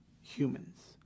humans